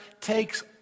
takes